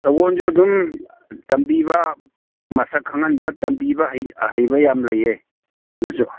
ꯁꯒꯣꯜꯁꯨ ꯑꯗꯨꯝ ꯇꯝꯕꯤꯕ ꯃꯁꯛ ꯈꯪꯍꯟꯕ ꯇꯝꯕꯤꯕ ꯑꯍꯩꯕ ꯌꯥꯝ ꯂꯩꯌꯦ ꯑꯗꯨꯁꯨ